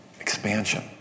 expansion